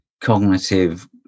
cognitive